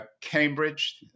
Cambridge